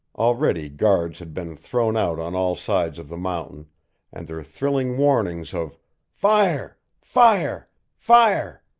already guards had been thrown out on all sides of the mountain and their thrilling warnings of fire fire fire,